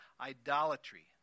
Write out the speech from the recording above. idolatry